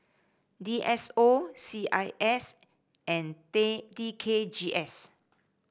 D S O C I S and T K G S